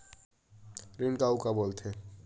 ऋण का अउ का बोल थे?